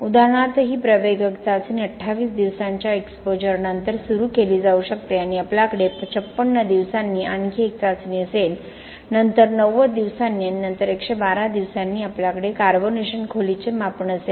उदाहरणार्थ ही प्रवेगक चाचणी 28 दिवसांच्या एक्सपोजरनंतर सुरू केली जाऊ शकते आणि आपल्याकडे 56 दिवसांनी आणखी एक चाचणी असेल नंतर 90 दिवसांनी आणि नंतर 112 दिवसांनी आपल्याकडे कार्बोनेशन खोलीचे मापन असेल